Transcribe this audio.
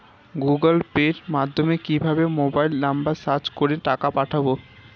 Google পের মাধ্যমে কিভাবে মোবাইল নাম্বার সার্চ করে টাকা পাঠাবো?